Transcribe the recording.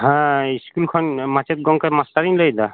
ᱦᱮᱸ ᱤᱥᱠᱩᱞ ᱠᱷᱚᱱ ᱢᱟᱪᱮᱫ ᱜᱚᱢᱠᱮ ᱢᱟᱥᱴᱟᱨ ᱤᱧ ᱞᱟᱹᱭᱮᱫᱟ